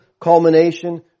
culmination